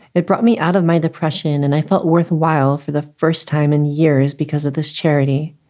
it brought me out of my depression and i felt worthwhile for the first time in years because of this charity.